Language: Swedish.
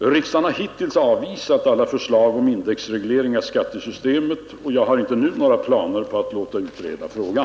Riksdagen har hittills avvisat alla förslag om indexreglering av skattesystemet. Jag har inte nu några planer på att låta utreda frågan.